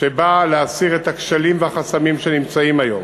באה להסיר את הכשלים והחסמים שנמצאים היום.